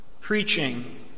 preaching